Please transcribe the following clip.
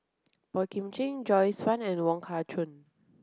Boey Kim Cheng Joyce Fan and Wong Kah Chun